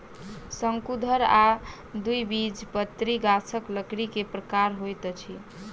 शंकुधर आ द्विबीजपत्री गाछक लकड़ी के प्रकार होइत अछि